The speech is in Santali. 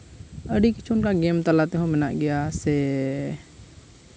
ᱟᱹᱰᱤ ᱠᱤᱪᱷᱩ ᱚᱱᱠᱟ ᱜᱮᱹᱢ ᱛᱟᱞᱟ ᱛᱮᱦᱚᱸ ᱢᱮᱱᱟᱜ ᱜᱮᱭᱟ ᱥᱮ